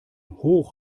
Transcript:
hoch